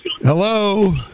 Hello